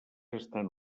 estan